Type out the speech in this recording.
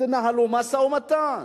תנהלו משא-ומתן,